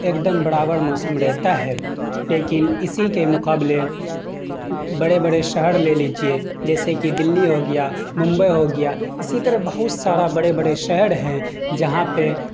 ایک دم برابر موسم رہتا ہے لیکن اسی کے مقابلے بڑے بڑے شہر لے لیجیے جیسے کہ دہلی ہو گیا ممبئی ہو گیا اسی طرح بہت سارا بڑے بڑے شہر ہیں جہاں پہ